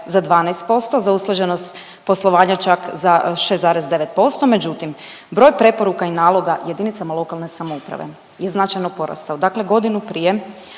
za 12%, za usklađenost poslovanja čak za 6,9%, međutim broj preporuka i naloga jedinicama lokalne samouprave je značajno porastao. Dakle, godinu prije